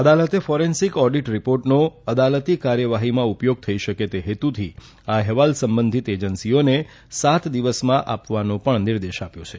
અદાલતે forensic audit રીપોર્ટનો અદાલતી કાર્યવાહીમાં ઉપયોગ થઇ શકે તે હેતુથી આ અહેવાલ સંબંધીત એજન્સીઓને સાત દિવસમાં આપવાનો પણ નિર્દેશ આપ્યો હતો